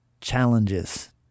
challenges